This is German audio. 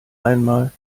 einmal